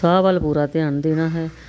ਸਾਹ ਵੱਲ ਪੂਰਾ ਧਿਆਨ ਦੇਣਾ ਹੈ